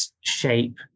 shape